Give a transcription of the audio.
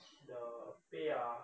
the pay ah